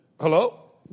Hello